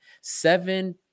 seven